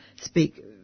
speak